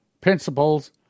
Principles